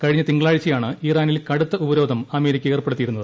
കഴിഞ്ഞ തിങ്കളാഴ്ചയാണ് ഇറാനിൽ കടുത്ത ഉപരോധം അമേരിക്ക ഏർപ്പെടുത്തിയിരുന്നത്